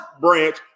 branch